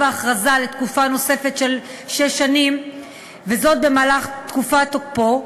ההכרזה לתקופה נוספת אחת של שש שנים במהלך תקופת תוקפו,